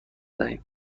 دهیم